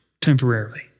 temporarily